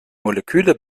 moleküle